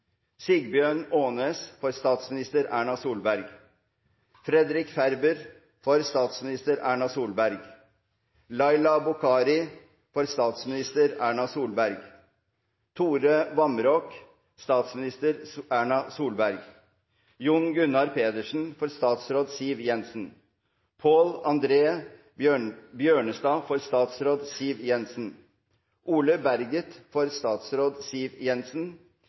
for statsminister Erna Solberg Tore Vamraak, for statsminister Erna Solberg Jon Gunnar Pedersen, for statsråd Siv Jensen Paal Andre Bjørnestad, for statsråd Siv Jensen Ole Berget, for statsråd Siv Jensen Jørgen Næsje, for statsråd Siv Jensen Paul Chaffey, for statsråd Jan Tore Sanner Jardar Jensen,